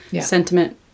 sentiment